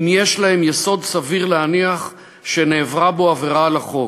אם יש להם יסוד סביר להניח שנעברה פה עבירה על החוק.